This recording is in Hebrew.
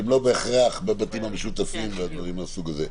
שהם לא בהכרח בבתים המשותפים ובדברים מהסוג הזה.